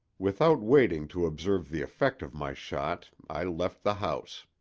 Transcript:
without waiting to observe the effect of my shot i left the house.